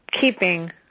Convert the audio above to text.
keeping